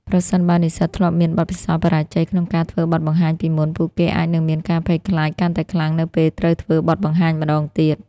ប្រសិនបើនិស្សិតធ្លាប់មានបទពិសោធន៍បរាជ័យក្នុងការធ្វើបទបង្ហាញពីមុន ពួកគេអាចនឹងមានការភ័យខ្លាចកាន់តែខ្លាំងនៅពេលត្រូវធ្វើបទបង្ហាញម្តងទៀត។